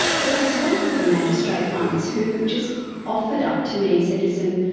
look, i spoke with a magistrate once who just offered up to me and said, listen,